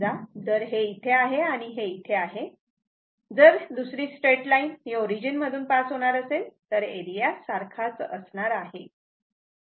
समजा जर हे इथे आहे आणि आणि हे इथे आहे जर दुसरी स्टेट लाईन ही ओरिजिन मधून पास होणार असेल तर एरिया सारखाच असणार आहे